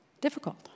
difficult